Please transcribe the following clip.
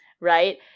Right